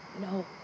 no